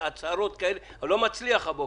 אבל אני לא מצליח הבוקר,